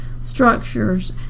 structures